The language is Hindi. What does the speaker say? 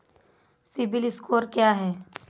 सिबिल स्कोर क्या है?